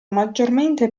maggiormente